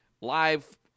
live